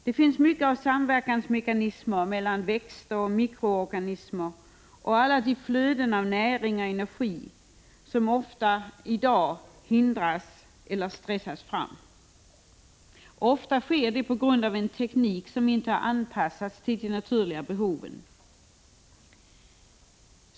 Det finns mycket av samverkansmekanismer mellan växter och mikroorganismer och alla de flöden av näring och energi som ofta i dag hindras eller stressas fram. Ofta sker det på grund av en teknik som inte anpassats till de naturliga behoven.